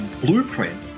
blueprint